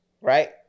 Right